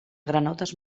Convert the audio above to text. granotes